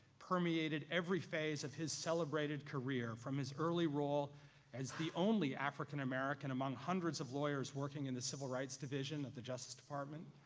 permeated every phase of his celebrated career from his early role as the only african american among hundreds of lawyers working in the civil rights division of the justice department,